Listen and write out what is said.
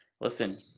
listen